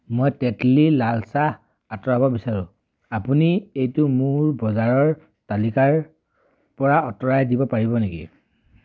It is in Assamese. মই তেতলী লাল চাহ আঁতৰাব বিচাৰো আপুনি এইটো মোৰ বজাৰৰ তালিকাৰ পৰা আঁতৰাই দিব পাৰিব নেকি